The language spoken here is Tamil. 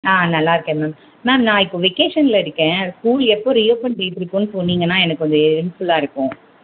ஆ நல்லாயிருக்கேன் மேம் மேம் நான் இப்போ வெக்கேஷனில் இருக்கேன் ஸ்கூல் எப்போ ரீஓப்பன் டேட் இருக்குமுன்னு சொன்னிங்கன்னால் எனக்கு கொஞ்சம் ஹெல்ப்ஃபுல்லாக இருக்கும்